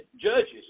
judges